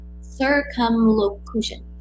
circumlocution